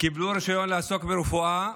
קיבלו רישיון לעסוק ברפואה,